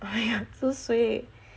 !aiya! so suay